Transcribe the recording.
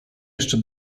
jeszcze